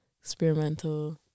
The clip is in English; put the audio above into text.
Experimental